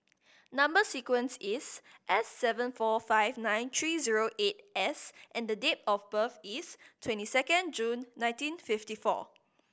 number sequence is S seven four five nine three zero eight S and the date of birth is twenty second June nineteen fifty four